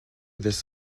this